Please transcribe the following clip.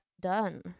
done